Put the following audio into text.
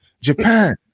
japan